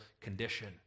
condition